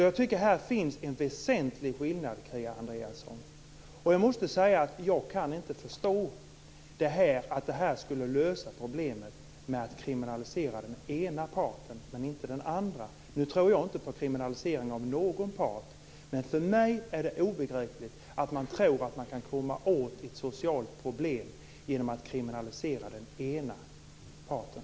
Jag tycker att det finns en väsentlig skillnad här, Kia Andreasson. Jag måste säga att jag inte kan förstå att man skulle lösa problemet om man kriminaliserar den ena parten men inte den andra. Jag tror inte på kriminalisering av någon part. För mig är det obegripligt att man tror att man kan komma åt ett socialt problem genom att kriminalisera den ena parten.